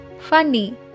Funny